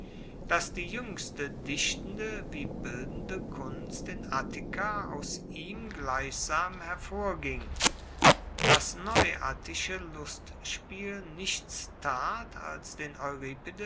dass die juengste dichtende wie bildende kunst in attika aus ihm gleichsam hervorging das neuattische lustspiel nichts tat als den